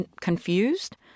confused